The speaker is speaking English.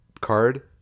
card